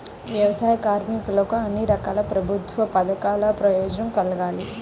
వ్యవసాయ కార్మికులకు అన్ని రకాల ప్రభుత్వ పథకాల ప్రయోజనం కలగాలి